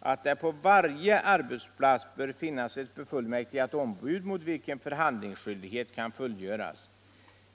att det på varje arbetsplats bör finnas ett befullmäktigat ombud mot vilken förhandlingsskyldigheten kan fullgöras.